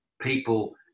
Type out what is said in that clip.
people